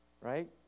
right